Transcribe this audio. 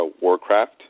Warcraft